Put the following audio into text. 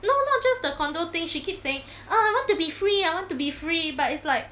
no not just the condo thing she keep saying err I want to be free I want to be free but it's like